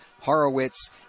Horowitz